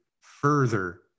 further